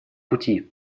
пути